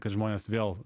kad žmonės vėl